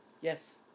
Yes